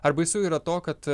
ar baisu yra to kad